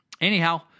anyhow